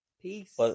Peace